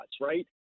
right